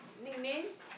nicknames